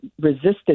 resisted